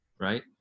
Right